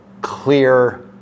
clear